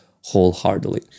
wholeheartedly